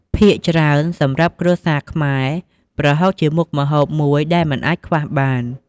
ភាគច្រើនសម្រាប់គ្រួសារខ្មែរ ប្រហុកជាមុខម្ហូបមួយដែលមិនអាចខ្វះបាន។